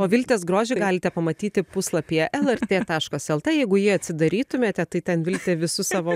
o viltės grožį galite pamatyti puslapyje lrt taškas lt jeigu jį atsidarytumėte tai ten viltė visu savo